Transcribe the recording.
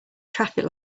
traffic